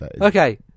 okay